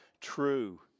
true